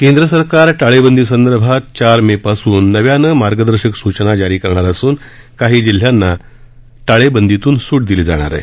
केंद्र सरकार टाळेबंदीसंदर्भात चार मे पासून नव्यानं मार्गदर्शक सूचना जारी करणार असून काही जिल्ह्यांना टाळेबंदीतून सूट दिली जाणार आहे